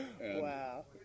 Wow